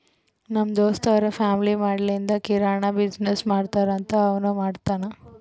ನಮ್ ದೋಸ್ತ್ ಅವ್ರ ಫ್ಯಾಮಿಲಿ ಮದ್ಲಿಂದ್ ಕಿರಾಣಿ ಬಿಸಿನ್ನೆಸ್ ಮಾಡ್ತಾರ್ ಅಂತ್ ಅವನೂ ಮಾಡ್ತಾನ್